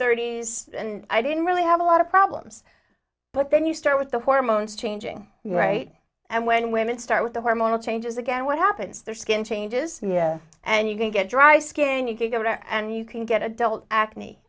thirty's and i didn't really have a lot of problems but then you start with the hormones changing right and when women start with the hormonal changes again what happens their skin changes mia and you can get dry skin you can go there and you can get adult acne